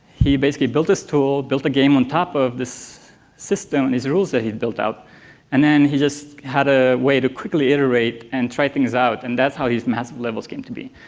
he basically built this tool, built a game on top of this system, and these rules that he'd built out and then he just had a way to quickly iterate and try things out. and that's how these massive levels came to be.